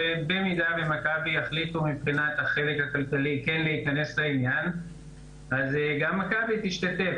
ובמידה ומכבי יחליטו כן להיכנס לעניין אז גם מכבי תשתתף.